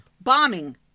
Bombing